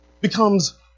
becomes